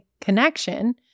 connection